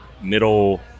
middle